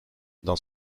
dans